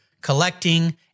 collecting